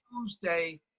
Tuesday